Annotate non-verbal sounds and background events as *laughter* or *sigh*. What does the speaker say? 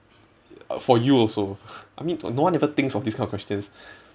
for you also *breath* I mean no one ever thinks of these kind of questions *breath*